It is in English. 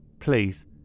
Please